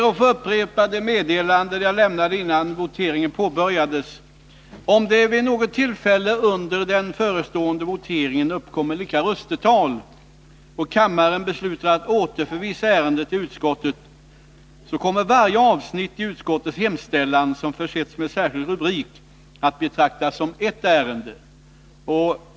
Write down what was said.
Om det vid något tillfälle under den förestående voteringen uppkommer lika röstetal och kammaren beslutar att återförvisa ärendet till utskottet kommer varje avsnitt i utskottets hemställan som försetts med särskild rubrik att betraktas som ett ärende.